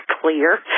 clear